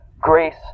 grace